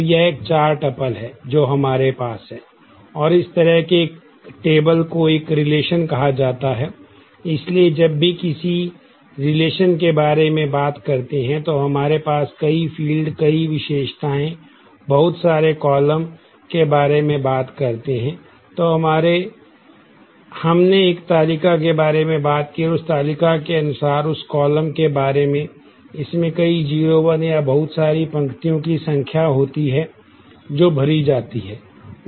तो यह एक 4 टपल है जो हमारे पास है और इस तरह के एक टेबल को एक रिलेशन कहते हैं